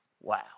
Wow